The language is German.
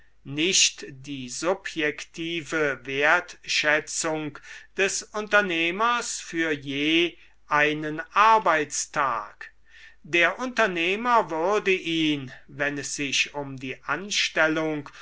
nicht die subjektive wertschätzung des unternehmers füt je einen arbeitstag der unternehmer würde ihn wenn es sich um die anstellung